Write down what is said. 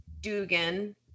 Dugan